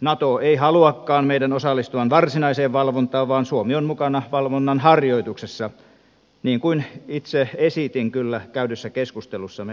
nato ei haluakaan meidän osallistuvan varsinaiseen valvontaan vaan suomi on mukana valvonnan harjoituksessa niin kuin itse esitin kyllä käydyssä keskustelussa